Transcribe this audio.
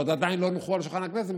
עדיין לא הונחו על שולחן הכנסת,